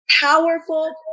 powerful